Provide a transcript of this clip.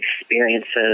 experiences